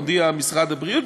מודיע משרד הבריאות,